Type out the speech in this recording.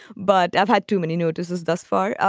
but i've had too many notices thus far.